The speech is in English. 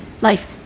Life